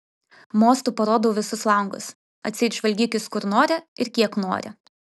mostu parodau visus langus atseit žvalgykis kur nori ir kiek nori